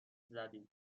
زدید